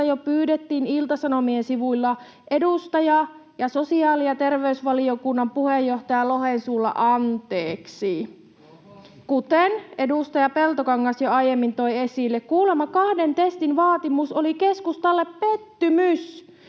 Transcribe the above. jo pyydettiin Ilta-Sanomien sivuilla edustaja ja sosiaali‑ ja terveysvaliokunnan puheenjohtaja Lohen suulla anteeksi. [Leena Meri: Oho!] Kuten edustaja Peltokangas jo aiemmin toi esille, kuulemma kahden testin vaatimus oli keskustalle pettymys.